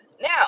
Now